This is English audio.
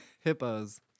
hippos